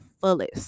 fullest